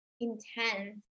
intense